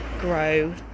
grow